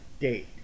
Date